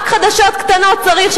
רק חדשות קטנות צריך,